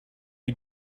you